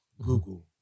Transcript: Google